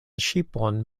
ŝipon